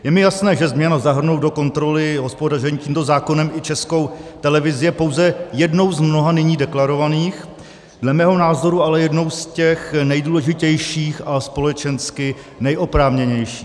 Je mi jasné, že změna zahrnout do kontroly hospodaření tímto zákonem i Českou televizi je pouze jednou z mnoha nyní deklarovaných, dle mého názoru, ale jednou z těch nejdůležitějších a společensky nejoprávněnějších.